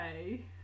Okay